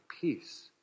peace